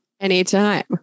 Anytime